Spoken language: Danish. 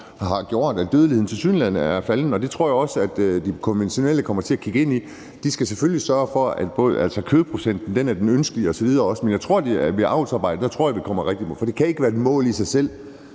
har gjort, at dødeligheden tilsyneladende er faldende, og det tror jeg også de konventionelle kommer til at kigge ind i. De skal selvfølgelig sørge for, at kødprocenten er den ønskelige osv., men jeg tror, at det er rigtigt at se på avlsarbejdet, for det kan ikke være et mål i sig selv,